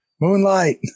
Moonlight